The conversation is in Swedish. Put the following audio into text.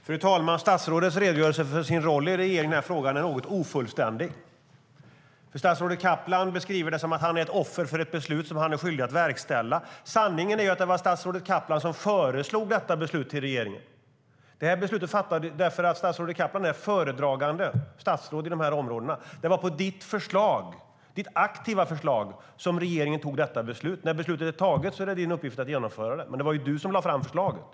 Fru talman! Statsrådets redogörelse för sin roll i regeringen i den här frågan är något ofullständig. Statsrådet Kaplan beskriver det som om han är ett offer för ett beslut som han är skyldig att verkställa. Sanningen är dock att det var statsrådet Kaplan som föreslog detta beslut för regeringen. Det här beslutet fattades därför att statsrådet Kaplan är föredragande statsråd på dessa områden, och det var på hans aktiva förslag som regeringen tog detta beslut. När beslutet är taget är det hans uppgift att genomföra det, men det var han som lade fram förslaget.